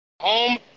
Home